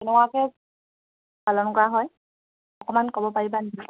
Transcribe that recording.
তেনেকুৱাকে পালন কৰা হয় অকমান ক'ব পাৰিবা নি